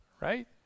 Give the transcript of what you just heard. right